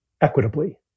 equitably